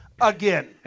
again